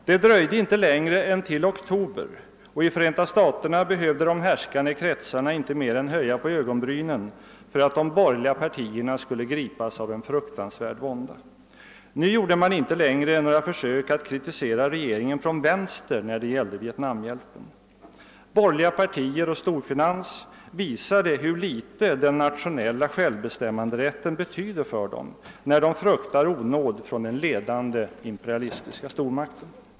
Det dröjde inte längre än till oktober och i Förenta staterna behövde de härskande kretsarna inte mer än höja på ögonbrynen för att de borgerliga partierna skulle gripas av en fruktansvärd vånda. Nu gjorde man inte längre några försök att kritisera regeringen från vänster när det gällde Vietnamhjälpen. Borgerliga partier och storfinans visade hur litet den nationel la självbestämmanderätten betyder för dem när de fruktar onåd från den ledande imperialistiska stormakten.